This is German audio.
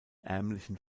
ärmlichen